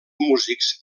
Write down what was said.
músics